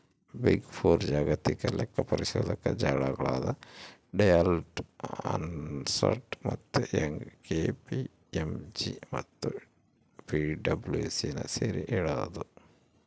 big four ಜಾಗತಿಕ ಲೆಕ್ಕಪರಿಶೋಧಕ ಜಾಲಗಳಾದ ಡೆಲಾಯ್ಟ್, ಅರ್ನ್ಸ್ಟ್ ಮತ್ತೆ ಯಂಗ್, ಕೆ.ಪಿ.ಎಂ.ಜಿ ಮತ್ತು ಪಿಡಬ್ಲ್ಯೂಸಿನ ಸೇರಿ ಹೇಳದು